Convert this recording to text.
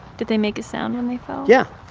did they make a sound when they fell? yeah,